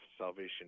salvation